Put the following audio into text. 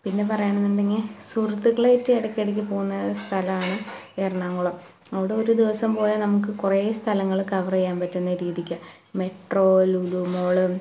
പിന്നെ പറയാണെന്നുണ്ടെങ്കിൽ സുഹൃത്തിക്കളായിട്ട് ഇടക്ക് ഇടക്ക് പോകുന്ന സ്ഥലമാണ് എറണാകുളം അവിടെ ഒരു ദിവസം പോയാൽ നമുക്ക് കുറെ സ്ഥലങ്ങൾ കവർ ചെയ്യാൻ പറ്റുന്നൊരു രീതിക്ക് മെട്രോ ലുലു മോള്